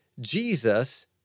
Jesus